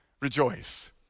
rejoice